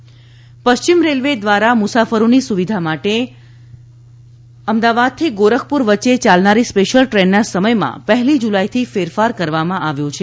railway ફેર ફાર પશ્ચિમ રેલવે ધ્વારા મુસાફરોની સુવિધા માટે અમદાવાદ થી ગોરખપુર વચ્ચે યાલનારી સ્પેશ્યલ દ્રેનના સમયમાં પહેલી જુલાઇથી ફેરફાર કરવામાં આવ્યો છે